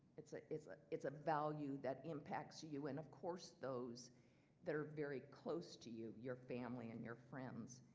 it's ah it's ah a value that impacts you you and of course those that are very close to you, your family and your friends.